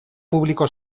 publiko